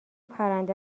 پرنده